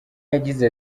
yagize